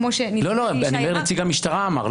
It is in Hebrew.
כמו --- נציג המשטרה אמר.